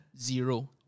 zero